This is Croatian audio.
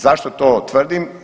Zašto to tvrdim?